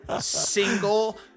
single